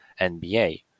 NBA